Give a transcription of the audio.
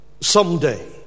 someday